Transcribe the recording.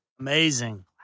Amazing